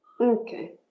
Okay